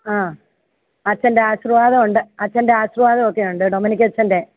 ആഹ് അച്ഛന്റെ ആശീർവാദം ഉണ്ട് അച്ഛന്റെ ആശിർവാദം ഒക്കെ ഉണ്ട് ഡൊമിനിക് അച്ഛന്റെ